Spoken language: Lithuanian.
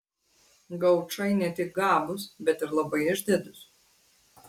gaučai ne tik gabūs bet ir labai išdidūs